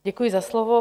Děkuji za slovo.